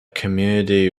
community